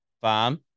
farm